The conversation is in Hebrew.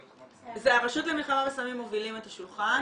הרשות למלחמה בסמים מובילים את השולחן,